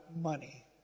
money